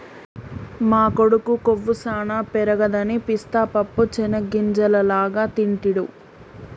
మా కొడుకు కొవ్వు సానా పెరగదని పిస్తా పప్పు చేనిగ్గింజల లాగా తింటిడు